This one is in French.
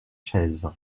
chaise